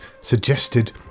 suggested